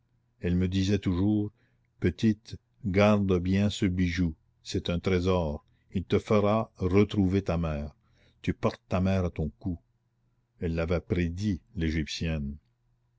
elle me disait toujours petite garde bien ce bijou c'est un trésor il te fera retrouver ta mère tu portes ta mère à ton cou elle l'avait prédit l'égyptienne